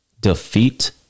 defeat